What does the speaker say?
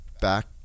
back